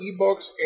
ebooks